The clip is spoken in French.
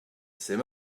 c’est